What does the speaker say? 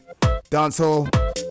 dancehall